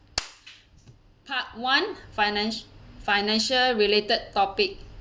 part one financi~ financial-related topic